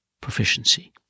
proficiency